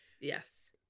Yes